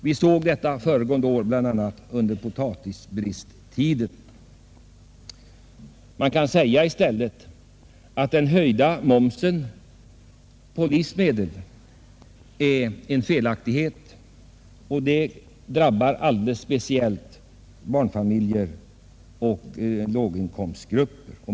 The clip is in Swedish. Vi såg detta bl.a. föregående år under potatisbristtiden. Den höjda momsen på livsmedel drabbar alldeles särskilt barnfamiljer och låginkomstgrupper.